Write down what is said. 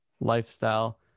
lifestyle